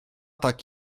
tak